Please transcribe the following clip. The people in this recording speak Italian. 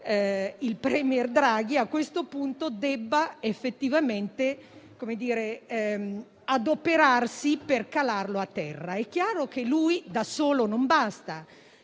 il *premier* Draghi debba effettivamente adoperarsi per calarlo a terra. È chiaro che lui da solo non basta,